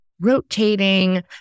rotating